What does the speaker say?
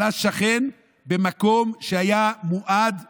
עלה שכן במקום שהיה מועד לירי.